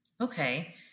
Okay